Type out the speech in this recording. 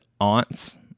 aunt's